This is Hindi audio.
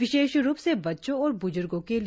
विशेष रूप से बच्चों और ब्ज्र्गों के लिए